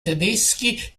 tedeschi